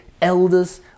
elders